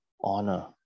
Honor